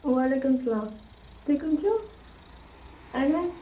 وعلیکُم سلام تُہۍ کٕم چھِو اہَن حَظ